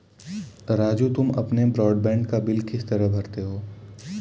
राजू तुम अपने ब्रॉडबैंड का बिल किस तरह भरते हो